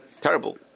terrible